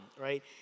right